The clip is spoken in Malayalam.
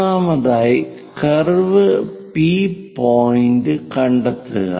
ഒന്നാമതായി കർവിൽ P പോയിന്റ് കണ്ടെത്തുക